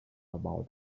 about